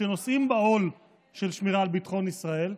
שנושאים בעול של שמירה על ביטחון ישראל,